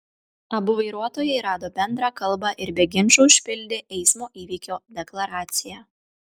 abu vairuotojai rado bendrą kalbą ir be ginčų užpildė eismo įvykio deklaraciją